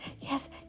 Yes